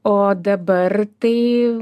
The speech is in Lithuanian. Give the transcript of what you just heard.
o dabar tai